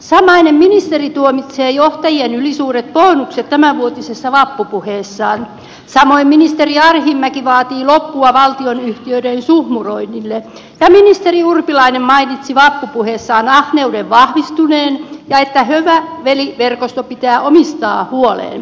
samainen ministeri tuomitsee johtajien ylisuuret bonukset tämänvuotisessa vappupuheessaan samoin ministeri arhinmäki vaatii loppua valtionyhtiöiden suhmuroinnille ja ministeri urpilainen mainitsi vappupuheessaan ahneuden vahvistuneen ja hyvä veli verkoston pitävän omistaan huolen